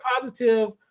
positive